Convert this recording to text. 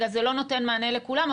זה לא נותן מענה לכולם,